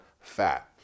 fat